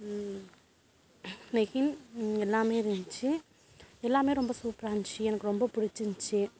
நெஹின் எல்லாமே இருந்துச்சு எல்லாமே ரொம்ப சூப்பராக இருந்துச்சு எனக்கு ரொம்ப பிடிச்சிருந்துச்சி